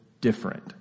different